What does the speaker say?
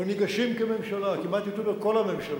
או ניגשים כממשלה, כמעט הייתי אומר: כל הממשלות,